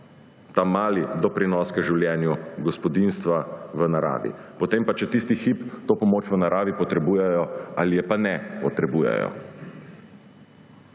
ta mali doprinos k življenju gospodinjstva v naravi, potem pa če tisti hip to pomoč v naravi potrebujejo ali je pa ne potrebujejo.